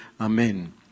Amen